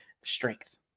strength